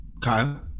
Kyle